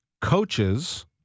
coaches